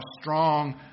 strong